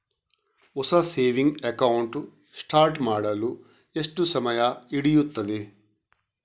ಹೊಸ saving account start ಮಾಡಲು ಎಷ್ಟು ಸಮಯ ಹಿಡಿಯುತ್ತದೆ?